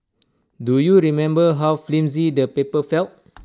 do you remember how flimsy the paper felt